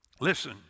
Listen